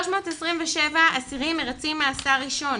327 אסירים מרצים מאסר ראשון,